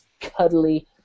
cuddly